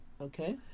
okay